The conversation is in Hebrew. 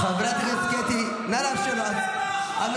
חברת הכנסת קטי --- הוא לא יודע על מה החוק --- הוא לא מבין.